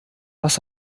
was